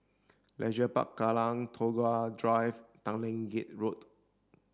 Leisure Park Kallang Tagore Drive Tanglin Gate Road